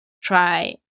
try